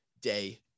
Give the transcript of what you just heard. day